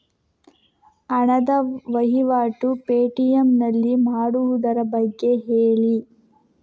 ಹಣದ ವಹಿವಾಟು ಪೇ.ಟಿ.ಎಂ ನಲ್ಲಿ ಮಾಡುವುದರ ಬಗ್ಗೆ ಹೇಳಿ